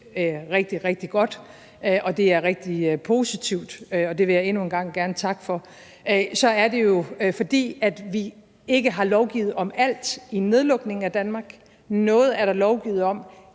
rigtig, rigtig godt, og det er rigtig positivt, og det vil jeg endnu en gang gerne takke for – at vi ikke har lovgivet om alt i forhold til en nedlukning af Danmark. Noget er der lovgivet om,